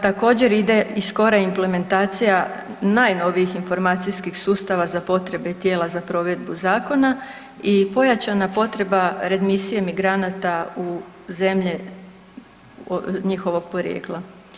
Također ide i skora implementacija najnovijih informacijskih sustava za potrebe tijela za provedbu zakona i pojačana potreba remisije migranata u zemlje njihovog porijekla.